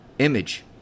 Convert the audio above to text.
Image